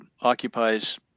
occupies